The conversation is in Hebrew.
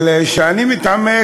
אבל כשאני מתעמק,